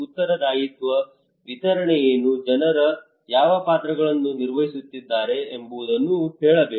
ಉತ್ತರದಾಯಿತ್ವ ವಿತರಣೆ ಏನು ಜನರು ಯಾವ ಪಾತ್ರಗಳನ್ನು ನಿರ್ವಹಿಸುತ್ತಿದ್ದಾರೆ ಎಂಬುವುದು ಹೇಳಬೇಕು